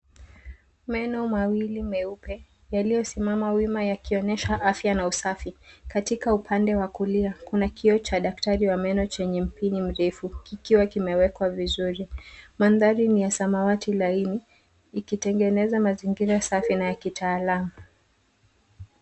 Meno mawili meupe yaliyosimama wima yakionyesha afya na usafi. Katika upande wa kulia kuna kioo cha daktari wa meno chenye mpini mrefu kikiwa kimewekwa vizuri. Mandhari ni ya samawati laini ikitengeneza mazingira safi na ya kitaalam.